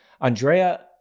Andrea